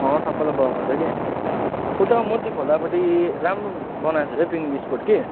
अँ सबैलाई बोलाउनु पर्छ कि उता मुर्ती खोलापट्टि राम्रो बनाएको छ पिकनिक स्पोट कि